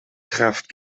kraft